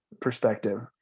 perspective